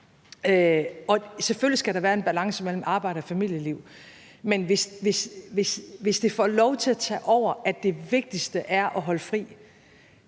Selvfølgelig skal der være en balance mellem arbejde og familieliv. Men hvis det får lov til at tage over, at det vigtigste er at holde fri,